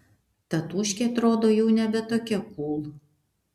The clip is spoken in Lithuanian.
tatūškė atrodo jau nebe tokia kūl